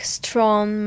strong